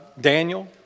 Daniel